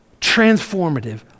transformative